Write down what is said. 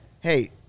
hey